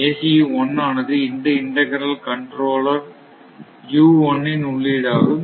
ACE 1 ஆனது இந்த integral controller இன் உள்ளீடு ஆகும்